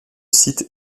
site